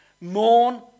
Mourn